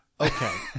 okay